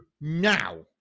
now